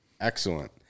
Excellent